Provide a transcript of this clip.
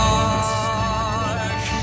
dark